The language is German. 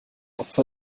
opfer